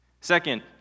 Second